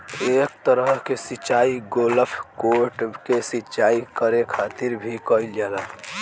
एह तरह के सिचाई गोल्फ कोर्ट के सिंचाई करे खातिर भी कईल जाला